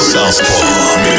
Southpaw